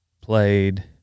played